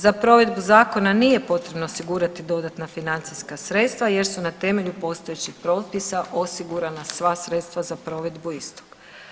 Za provedbu zakona nije potrebno osigurati dodatna financijska sredstva jer su na temelju postojećih propisa osigurana sva sredstva za provedbu istog.